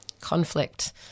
conflict